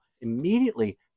immediately